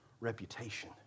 reputation